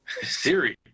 Siri